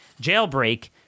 jailbreak